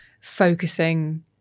focusing